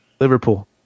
Liverpool